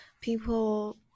People